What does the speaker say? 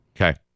Okay